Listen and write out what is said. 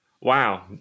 Wow